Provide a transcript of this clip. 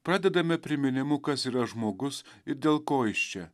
pradedame priminimu kas yra žmogus ir dėl ko jis čia